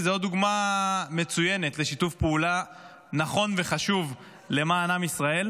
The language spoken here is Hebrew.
וזאת עוד דוגמה מצוינת לשיתוף פעולה נכון וחשוב למען עם ישראל.